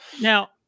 Now